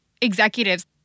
executives